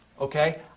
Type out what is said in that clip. Okay